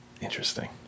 Interesting